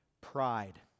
pride